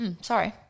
Sorry